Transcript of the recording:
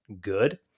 good